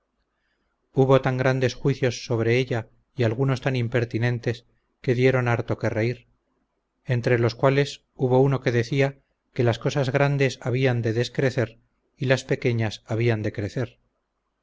hubo tan grandes juicios sobre ella y algunos tan impertinentes que dieron harto que reír entre los cuales hubo uno que decía que las cosas grandes habían de descrecer y las pequeñas habían de crecer